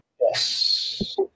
Yes